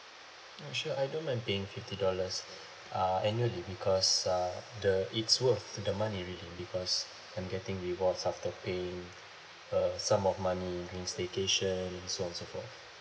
no sure I don't mind paying fifty dollars uh annually because uh the it's worth the money really because I'm getting rewards after paying uh sum of money during staycation so on and so forth